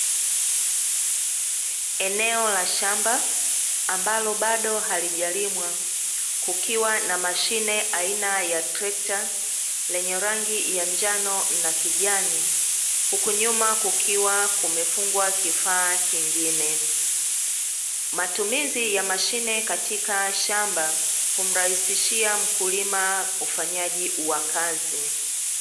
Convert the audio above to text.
Eneo la shamba ambalo bado halijalimwa, kukiwa na mashine aina ya trekta lenye rangi ya njano na kijani, huku nyuma kukiwa kumefungwa kifaa kingine, matumizi ya mashine katika shamba, humrahisishia mkulima ufanyaji wa kazi.